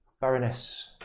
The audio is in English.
Baroness